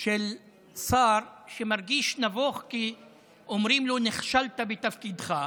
של שר שמרגיש נבוך כי אומרים לו: נכשלת בתפקידך.